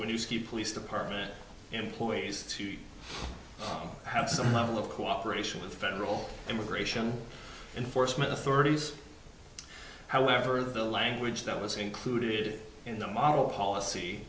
see police department employees to have some level of cooperation with federal immigration enforcement authorities however the language that was included in the model policy